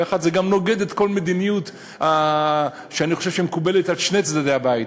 זה גם נוגד את כל המדיניות שאני חושב שמקובלת על שני צדדי הבית,